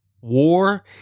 War